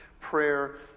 prayer